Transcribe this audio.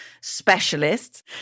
specialists